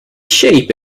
shape